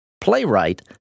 playwright